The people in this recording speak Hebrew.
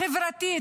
חברתית,